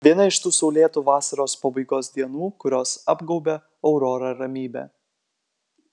viena iš tų saulėtų vasaros pabaigos dienų kurios apgaubia aurorą ramybe